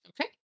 Okay